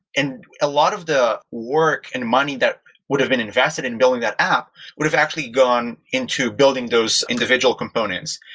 ah lot of the work and money that would have been invested in building that app would have actually gone into building those individual components.